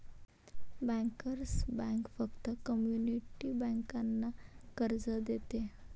bankers bank फक्त community बँकांना कर्ज देते